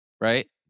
right